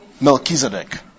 Melchizedek